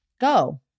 go